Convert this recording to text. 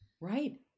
Right